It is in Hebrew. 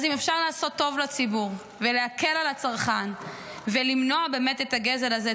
אז אם אפשר לעשות טוב לציבור ולהקל על הצרכן ולמנוע את הגזל הזה,